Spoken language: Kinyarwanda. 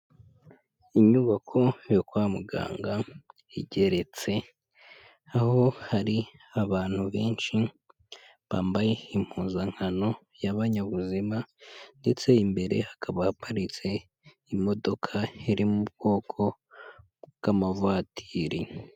Inyubako yo kwa muganga igeretse, aho hari abantu benshi bambaye impuzankano y'abanyabuzima ndetse imbere hakaba haparitse imodoka iri mu bwoko bw'amavwatiri.